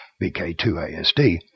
BK2ASD